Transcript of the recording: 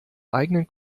eigenen